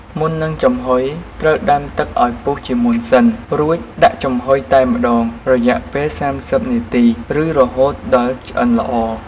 មុននឹងចំហុយត្រូវដាំទឹកឱ្យពុះជាមុនសិន រួចដាក់ចំហុយតែម្ដងរយៈពេល៣០នាទីឬរហូតដល់ឆ្អិនល្អ។